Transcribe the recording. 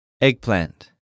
Eggplant